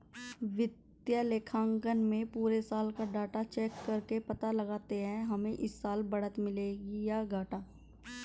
वित्तीय लेखांकन में पुरे साल का डाटा चेक करके पता लगाते है हमे इस साल बढ़त मिली है या घाटा